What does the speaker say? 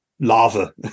Lava